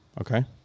Okay